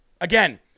again